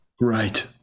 Right